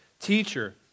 Teacher